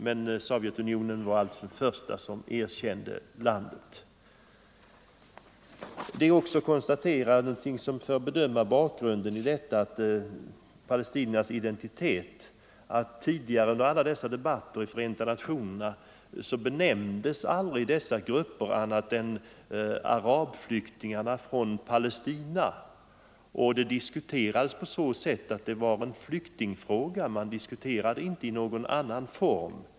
När det gäller att bedöma bakgrunden till palestiniernas identitet kan jag konstatera att dessa grupper under alla tidigare debatter i Förenta nationerna inte benämnts annat än ”arabflyktingarna från Palestina”. Det hela diskuterades som en flyktingfråga och inte i någon annan form.